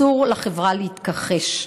אסור לחברה להתכחש לו.